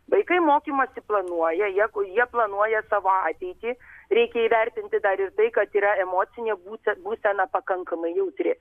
vaikai mokymąsi planuoja jeigu jie planuoja savo ateitį reikia įvertinti dar ir tai kad yra emocinė būsena būsena pakankamai jautri